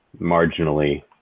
marginally